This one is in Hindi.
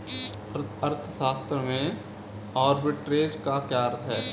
अर्थशास्त्र में आर्बिट्रेज का क्या अर्थ है?